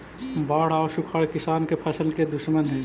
बाढ़ आउ सुखाड़ किसान के फसल के दुश्मन हइ